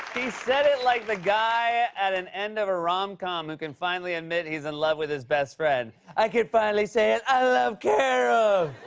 he said it like the guy at the end of a rom-com who can finally admit he's in love with his best friend. i can finally say it, i love carol!